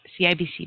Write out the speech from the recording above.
CIBC